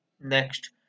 Next